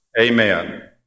Amen